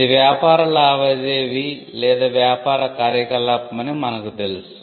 ఇది వ్యాపార లావాదేవీ లేదా వ్యాపార కార్యకలాపమని మనకు తెలుసు